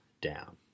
down